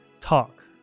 talk